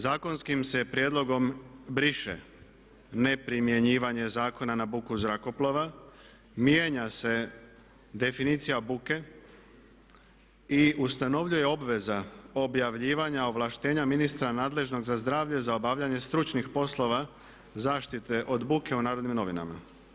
Zakonskim se prijedlogom briše ne primjenjivanje zakona na buku zrakoplova, mijenja se definicija buke i ustanovljuje obveza objavljivanja ovlaštenja ministra nadležnog za zdravlje za obavljanje stručnih poslova zaštite od buke u Narodnim novinama.